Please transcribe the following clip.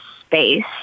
space